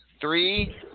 Three